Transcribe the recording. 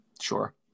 Sure